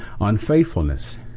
unfaithfulness